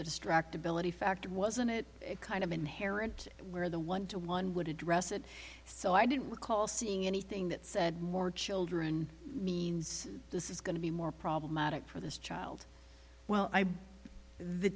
the distractibility fact wasn't it kind of inherent where the one to one would address it so i didn't recall seeing anything that said more children means this is going to be more problematic for this child well the